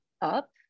up